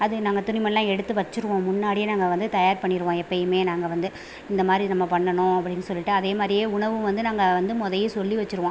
அது நாங்கள் துணிமணிலாம் எடுத்து வச்சிடுவோம் முன்னாடியே நாங்கள் வந்து தயார் பண்ணிடுவோம் எப்பவுமே நாங்கள் வந்து இந்தமாதிரி நம்ம பண்ணனும் அப்படின்னு சொல்லிட்டு அதேமாதிரியே உணவும் வந்து நாங்கள் வந்து முதயே சொல்லி வச்சிடுவோம்